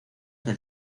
del